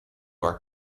are